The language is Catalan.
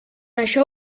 això